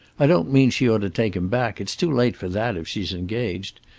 i don't mean she ought to take him back it's too late for that, if she's engaged.